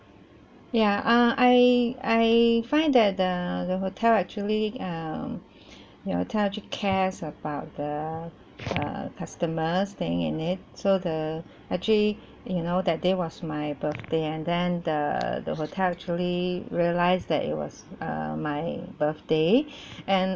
ya err I I find that the the hotel actually um your hotel actually cares about the err customers staying in it so the actually you know that day was my birthday and then the the hotel actually realised that it was err my birthday and